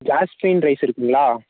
jasmine rice இருக்குங்களா